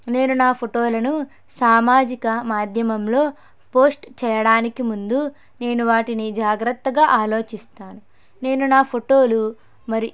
నేను నా ఫోటోలను సామాజిక మాధ్యమంలో పోస్ట్ చేయడానికి ముందు నేను వాటిని జాగ్రత్తగా ఆలోచిస్తాను నేను నా ఫోటోలు మరి